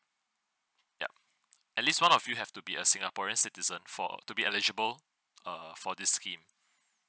yup at least one of you have to be a singaporean citizen for to be eligible err for this scheme